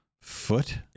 foot